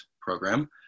Program